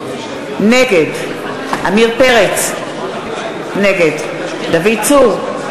נגד עמיר פרץ, נגד דוד צור,